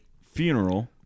funeral